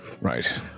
Right